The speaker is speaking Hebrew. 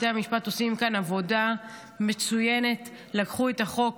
בתי המשפט עושים כאן עבודה מצוינת, לקחו את החוק